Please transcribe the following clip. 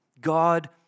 God